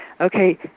okay